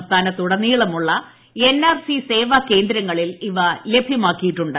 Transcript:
സംസ്ഥാനത്തുടനീളമുള്ള N R C സേവാകേന്ദ്രങ്ങളിൽ ഇവ ലഭ്യമാക്കിയിട്ടുണ്ട്